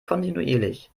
kontinuierlich